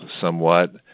somewhat